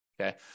okay